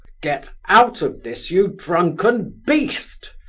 get out of this, you drunken beast!